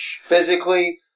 Physically